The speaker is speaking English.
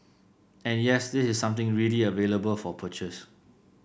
and yes this is something really available for purchase